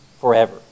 forever